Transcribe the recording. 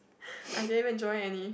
I didn't even join any